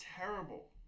terrible